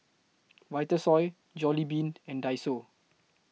Vitasoy Jollibean and Daiso